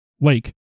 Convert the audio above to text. lake